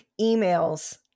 emails